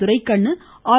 Duraikannu R